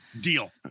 Deal